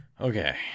Okay